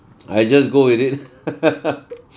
I just go with it